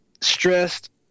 stressed